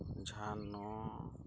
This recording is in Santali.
ᱡᱷᱟᱱᱚ